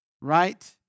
Right